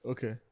Okay